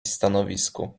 stanowisku